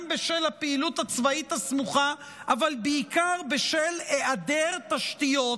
גם בשל הפעילות הצבאית הסמוכה אבל בעיקר בשל היעדר תשתיות